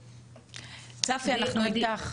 צפי, אנחנו אתך.